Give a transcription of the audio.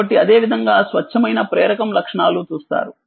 కాబట్టిఅదే విధంగా స్వచ్ఛమైన ప్రేరకం లక్షణాలు చూస్తారు